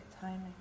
timing